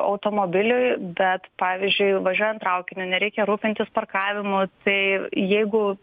automobiliui bet pavyzdžiui važiuojant traukiniu nereikia rūpintis parkavimu tai jeigu